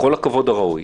בכל הכבוד הראוי,